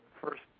first